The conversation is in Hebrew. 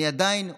אני עדיין חושב,